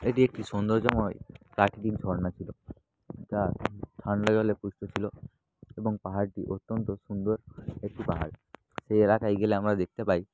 এটি একটি সৌন্দর্যময় প্রাকৃতিক ঝর্ণা ছিল যা ঠাণ্ডা জলে পুষ্ট ছিল এবং পাহাড়টি অত্যন্ত সুন্দর একটি পাহাড় সেই এলাকায় গেলে আমরা দেখতে পাই